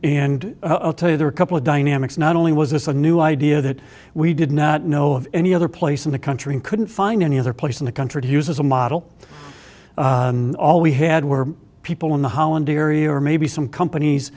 and tell you there are a couple dynamics not only was this a new idea that we did not know of any other place in the country and couldn't find any other place in the country to use as a model and all we had were people in the holland area or maybe some companies